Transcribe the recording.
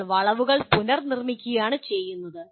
നിങ്ങൾ വളവുകൾ പുനർനിർമ്മിക്കുകയാണ് ചെയ്യുന്നത്